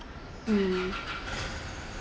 mm